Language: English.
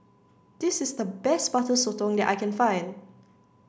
this is the best Butter Sotong that I can find